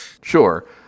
Sure